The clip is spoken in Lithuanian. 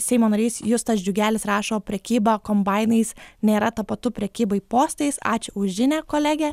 seimo narys justas džiugelis rašo prekyba kombainais nėra tapatu prekybai postais ačiū už žinią kolege